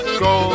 go